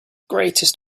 greatest